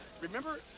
Remember